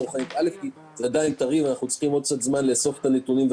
מכיוון שזה עדיין טרי ואנחנו צריכים עוד קצת זמן לאסוף את הנתונים,